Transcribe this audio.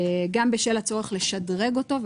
גם בשל הצורך לשדרג אותו,